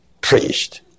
priest